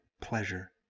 pleasure